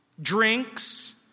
Drinks